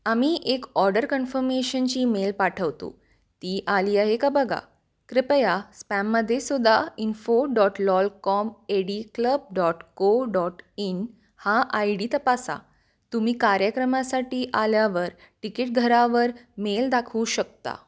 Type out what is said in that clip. आम्ही एक ऑर्डर कन्फर्मेशनची मेल पाठवतो ती आली आहे का बघा कृपया स्पॅममध्ये सुद्धा info dot lol com ad club dot co dot in हा आय डी तपासा तुम्ही कार्यक्रमासाठी आल्यावर टिकीट घरावर मेल दाखवू शकता